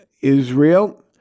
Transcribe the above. Israel